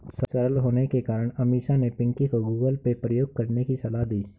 सरल होने के कारण अमीषा ने पिंकी को गूगल पे प्रयोग करने की सलाह दी